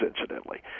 incidentally